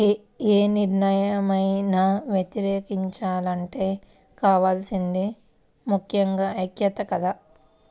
యే నిర్ణయాన్నైనా వ్యతిరేకించాలంటే కావాల్సింది ముక్కెంగా ఐక్యతే కదా